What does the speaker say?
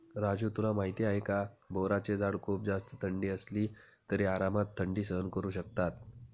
राजू तुला माहिती आहे का? बोराचे झाड खूप जास्त थंडी असली तरी आरामात थंडी सहन करू शकतात